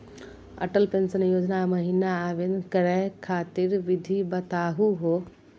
Atal pension योजना महिना आवेदन करै खातिर विधि बताहु हो?